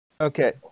Okay